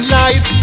life